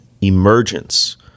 emergence